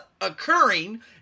occurring